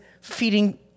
feeding